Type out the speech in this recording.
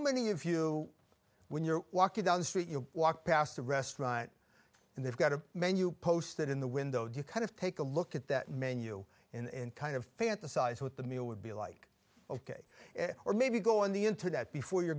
many of you when you're walking down the street you walk past a restaurant and they've got a menu posted in the window do you kind of take a look at that menu and kind of fantasize what the meal would be like ok or maybe go on the internet before you're